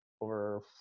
over